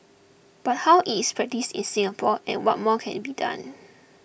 but how is practised in Singapore and what more can it be done